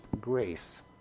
grace